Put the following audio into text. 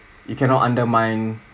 you cannot undermine